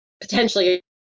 potentially